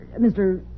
Mr